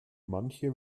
manche